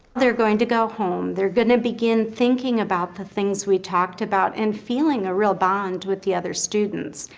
they're going to go home. they're going to begin thinking about the things we talked about and feeling a real bond with the other students.